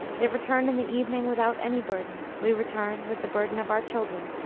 they return in the evening without any burden we return with the burden of our children.